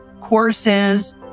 courses